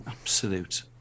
absolute